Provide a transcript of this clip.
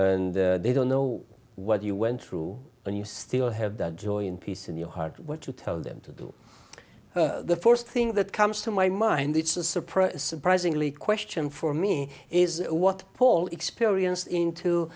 and they don't know what you went through and you still have that joy and peace in your heart what you tell them to do the first thing that comes to my mind it's a surprise surprisingly question for me is what paul experience into